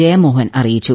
ജയമോഹൻ അറിയിച്ചു